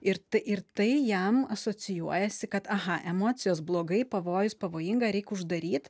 ir ir tai jam asocijuojasi kad aha emocijos blogai pavojus pavojinga reik uždaryt